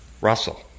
Russell